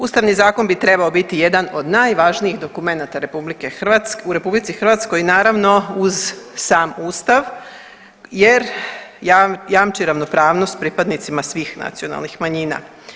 Ustavni zakon bi trebao biti jedan od najvažnijih dokumenata RH, u RH i naravno uz sam Ustav jer jamči ravnopravnost pripadnicima svih nacionalnih manjina.